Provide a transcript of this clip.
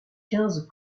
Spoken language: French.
quinze